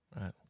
Right